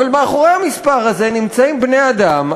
אבל מאחורי המספר הזה נמצאים בני-אדם.